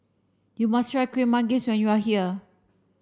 you must try Kuih Manggis when you are here